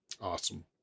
Awesome